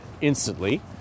instantly